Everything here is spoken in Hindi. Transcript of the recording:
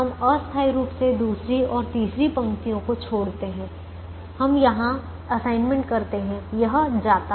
हम अस्थायी रूप से दूसरी और तीसरी पंक्तियों को छोड़ते हैं हम यहां असाइनमेंट करते हैं यह जाता है